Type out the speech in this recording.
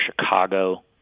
Chicago